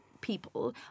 people